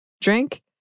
drink